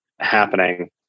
happening